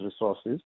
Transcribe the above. resources